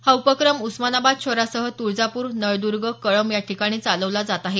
हा उपक्रम उस्मानाबाद शहरासह तुळजापूर नळद्र्ग कळंब या ठिकाणी चालवला जात आहे